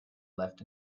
left